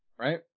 Right